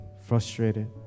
frustrated